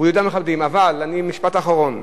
משפט אחרון.